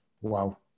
Wow